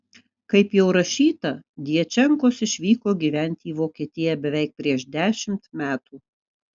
kaip jau rašyta djačenkos išvyko gyventi į vokietiją beveik prieš dešimt metų